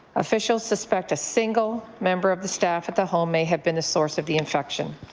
officials suspect a single member of the staff at the home may have been the source of the infection.